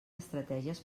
estratègies